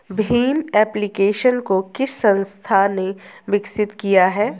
Bhim application को किस संस्था ने विकसित किया है?